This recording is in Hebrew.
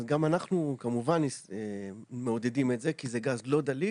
אז גם אנחנו כמובן מעודדים את זה כי זה גז לא דליק,